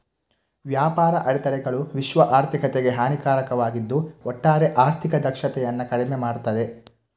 ವ್ಯಾಪಾರ ಅಡೆತಡೆಗಳು ವಿಶ್ವ ಆರ್ಥಿಕತೆಗೆ ಹಾನಿಕಾರಕವಾಗಿದ್ದು ಒಟ್ಟಾರೆ ಆರ್ಥಿಕ ದಕ್ಷತೆಯನ್ನ ಕಡಿಮೆ ಮಾಡ್ತದೆ